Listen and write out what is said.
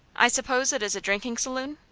i suppose it is a drinking saloon?